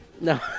No